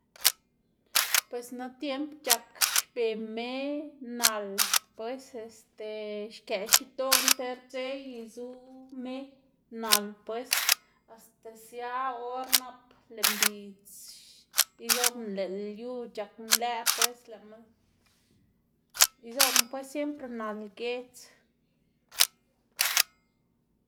Pues na tiemb c̲h̲ak xbe me, nal pues este xkëꞌ xidoꞌ nter dze y zu me nal pues asta sia or nap lëꞌ mbidz izobna lëꞌ lyu c̲h̲ak nlëꞌ pues lëꞌma izobna pues siempre nal giedz.